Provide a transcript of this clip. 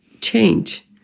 change